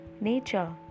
Nature